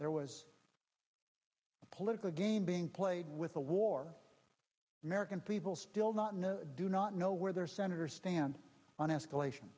there was a political game being played with the war american people still not know do not know where their senators stand on escalation